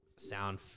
Sound